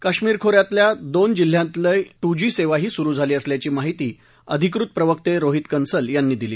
काश्मीर खो यातल्या दोन जिल्ह्यातील ट्रिजी सेवाही सुरू झाली असल्याची माहिती अधिकृत प्रवक्ते रोहित कंन्सल यांनी दिली